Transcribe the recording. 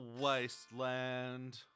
Wasteland